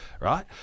right